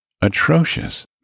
atrocious